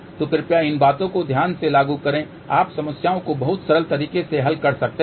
तो कृपया इन बातों को ध्यान से लागू करें आप समस्याओं को बहुत सरल तरीके से हल कर सकते हैं